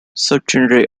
subgenre